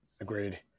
Agreed